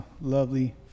lovely